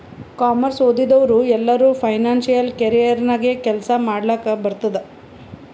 commerce ಓದಿದವ್ರು ಎಲ್ಲರೂ financial career ನಾಗೆ ಕೆಲ್ಸಾ ಮಾಡ್ಲಕ್ ಬರ್ತುದ್